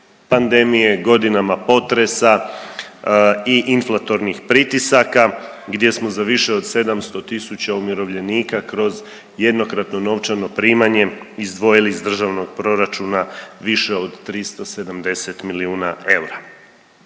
pandemije, godinama potresa i inflatornih pritisaka gdje smo za više od 700 tisuća umirovljenika kroz jednokratno novčano primanje, izdvojili iz državnog proračuna više od 370 milijuna eura.